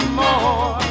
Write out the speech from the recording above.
more